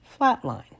flatline